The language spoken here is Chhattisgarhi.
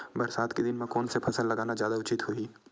बरसात के दिन म कोन से फसल लगाना जादा उचित होही?